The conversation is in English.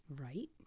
Right